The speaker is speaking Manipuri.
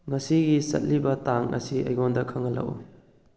ꯉꯁꯤꯒꯤ ꯆꯠꯂꯤꯕ ꯇꯥꯡ ꯑꯁꯤ ꯑꯩꯉꯣꯟꯗ ꯈꯪꯍꯜꯂꯛꯎ